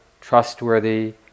trustworthy